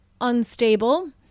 unstable